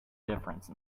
difference